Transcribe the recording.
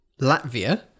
Latvia